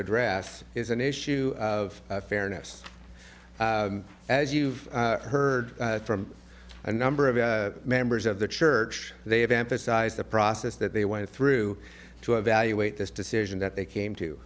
address is an issue of fairness as you've heard from a number of members of the church they have emphasized the process that they went through to evaluate this decision that they came